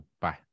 Bye